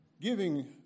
giving